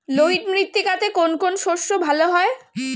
লোহিত মৃত্তিকাতে কোন কোন শস্য ভালো হয়?